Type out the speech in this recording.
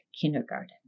kindergarten